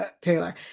taylor